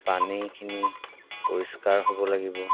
পানীখিনি পৰিষ্কাৰ হ'ব লাগিব